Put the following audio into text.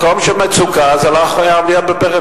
מקום של מצוקה, זה לא חייב להיות בפריפריה.